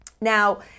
now